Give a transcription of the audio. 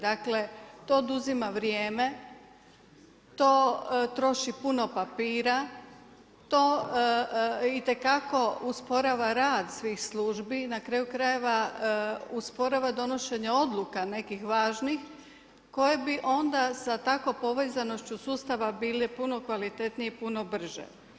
Dakle to oduzima vrijeme, to troši puno papira, to itekako usporava rad svih službi i na kraju krajeva usporava donošenje odluka nekih važnih koje bi onda sa takvom povezanošću sustava bili puno kvalitetnije i puno brže.